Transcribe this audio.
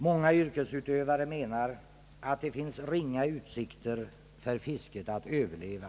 Många yrkesutövare menar att det finns ringa utsikter för fisket att överleva.